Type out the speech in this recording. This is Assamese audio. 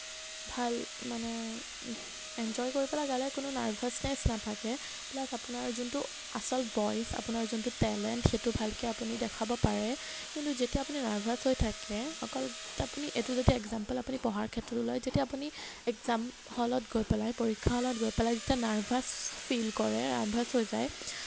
ভাল মানে এঞ্জয় কৰি পেলাই গালে কোনো নাৰ্ভাছ্নেচ নাথাকে প্লাচ আপোনাৰ যোনটো আচল ভইচ আপোনাৰ যোনটো টেলেণ্ট সেইটো ভালকৈ আপুনি দেখাব পাৰে কিন্তু যেতিয়া আপুনি নাৰ্ভাছ হৈ থাকে অকল আপুনি এইটো যদি একজামপল আপুনি পঢ়াৰ ক্ষেত্ৰতো লয় তেতিয়া আপুনি একজাম হলত গৈ পেলাই পৰীক্ষা হলত গৈ পেলাই যেতিয়া নাৰ্ভাছ ফিল কৰে নাৰ্ভাছ হৈ যায়